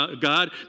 God